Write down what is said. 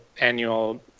annual